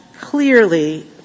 clearly